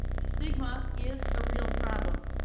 stigma is a real problem.